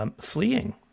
fleeing